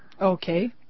Okay